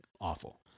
awful